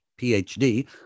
PhD